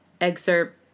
excerpt